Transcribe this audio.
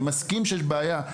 אני מסכים שיש בעיה,